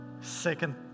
Second